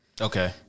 Okay